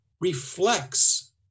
reflects